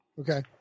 Okay